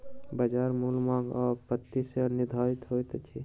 बजार मूल्य मांग आ आपूर्ति सॅ निर्धारित होइत अछि